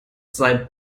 sei